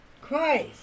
Christ